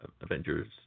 Avengers